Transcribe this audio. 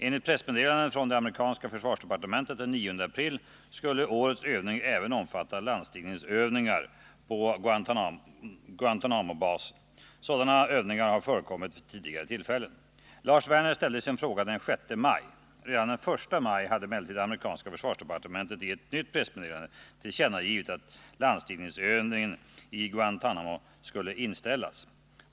Enligt pressmeddelande från det amerikanska försvarsdepartementet den 9 april skulle årets övning även omfatta landstigningsövningar på Guantanamobasen. Sådana övningar har förekommit vid tidigare tillfällen. Lars Werner ställde sin fråga den 6 maj. Redan den 1 maj hade emellertid det amerikanska försvarsdepartementet i ett nytt pressmeddelande tillkännagivit att landstigningsövningen i Guantanamo skulle inställas.